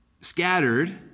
scattered